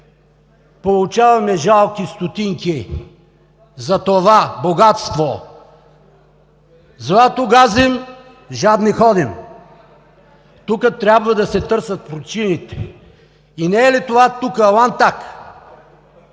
Получаваме жалки стотинки за това богатство. Злато газим – жадни ходим! Тук трябва да се търсят причините? И не е ли това тук лантаг?